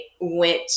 went